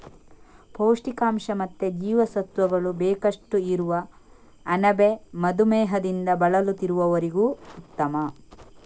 ಪೌಷ್ಟಿಕಾಂಶ ಮತ್ತೆ ಜೀವಸತ್ವಗಳು ಬೇಕಷ್ಟು ಇರುವ ಅಣಬೆ ಮಧುಮೇಹದಿಂದ ಬಳಲುತ್ತಿರುವವರಿಗೂ ಉತ್ತಮ